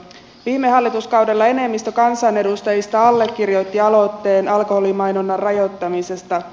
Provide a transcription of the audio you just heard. viime hallituskaudella enemmistö kansanedustajista allekirjoitti aloitteen alkoholimainonnan rajoittamisesta